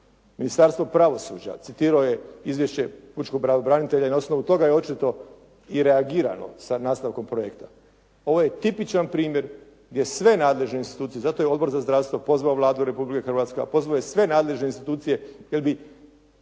Ministarstvo pravosuđa citirao je izvješće Pučkog pravobranitelja i na osnovu toga je očito i reagirano sa nastavkom projekta. Ovo je tipičan primjer gdje sve nadležne institucije, zato je Odbor za zdravstvo pozvao Vladu Republike Hrvatske, a pozvao je sve nadležne institucije jer bi